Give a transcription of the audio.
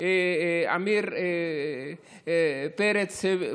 עמיר פרץ,